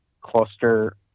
Cluster